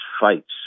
fights